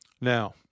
Now